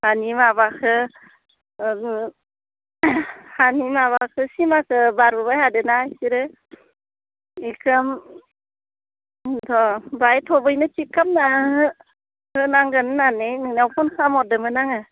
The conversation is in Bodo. दानि माबाखो हानि माबाखो सिमाखो बारबोबाय थादोना इसोरो इखो हैन्थ' बाय थाबैनो थिग खामना होनांगोन होननानै नोंनियाव फन खालामहरदोमोन आङो